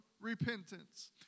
repentance